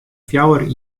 fjouwer